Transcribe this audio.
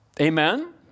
Amen